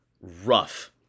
rough